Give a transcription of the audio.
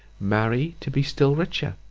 marry to be still richer?